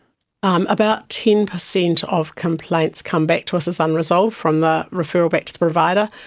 um about ten percent of complaints come back to us as unresolved from the referral back to the provider.